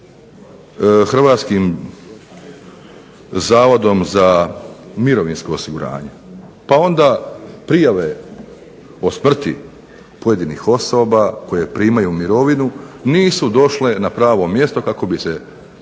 Hrvatskim zavodom za mirovinsko osiguranje pa onda prijave o smrti pojedinih osoba koje primaju mirovinu nisu došle na pravo mjesto kako bi se